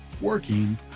working